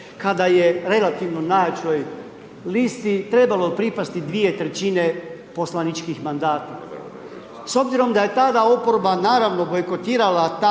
kada je relativno najjačoj listi trebalo pripasti 2/3 poslaničkih mandata? S obzirom da je tada oporba naravno bojkotirala